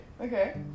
Okay